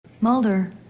Mulder